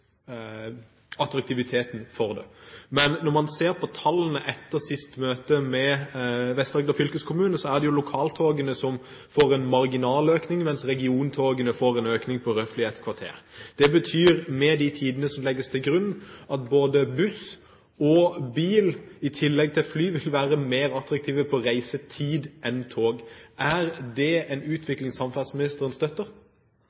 attraktiviteten. Men når man ser på tallene etter siste møte med Vest-Agder fylkeskommune, får lokaltogene en marginal økning, mens regiontogene får en økning på roughly ett kvarter. Det betyr, med de tidene som legges til grunn, at både buss og bil, i tillegg til fly, vil være mer attraktive på reisetid enn tog. Er det en